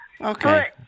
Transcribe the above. Okay